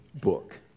book